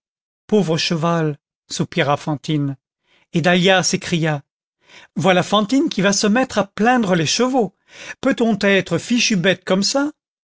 pauvre cheval soupira fantine et dahlia s'écria voilà fantine qui va se mettre à plaindre les chevaux peut-on être fichue bête comme ça